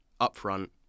upfront